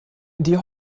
die